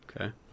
Okay